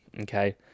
okay